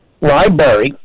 library